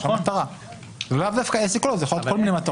זה לאו דווקא עסק, זה יכול להיות כל מיני מטרות.